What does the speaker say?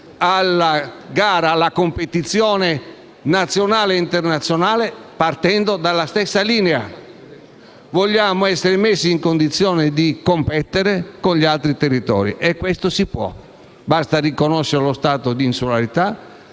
alla gara, alla competizione nazionale e internazionale partendo dalla stessa linea. Vogliamo essere messi in condizione di competere con gli altri territori e questo si può. Basta riconoscere lo stato di insularità